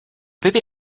baby